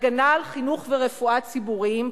הגנה על חינוך ורפואה ציבוריים,